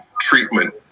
treatment